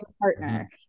partner